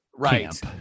Right